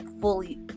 fully